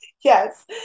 yes